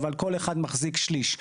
אבל כל אחד מחזיק שליש.